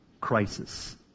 crisis